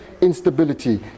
instability